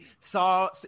saw